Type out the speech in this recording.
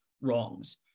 wrongs